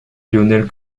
lionel